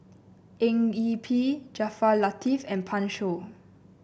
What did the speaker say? Eng Yee Peng Jaafar Latiff and Pan Shou